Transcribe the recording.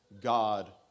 God